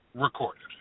recorded